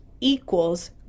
equals